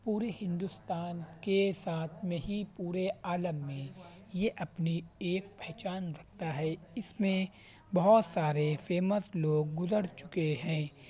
پورے ہندوستان کے ساتھ میں ہی پورے عالم میں یہ اپنی ایک پہچان رکھتا ہے اس میں بہت سارے فیمس لوگ گزر چکے ہیں